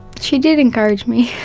she did encourage me.